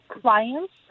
clients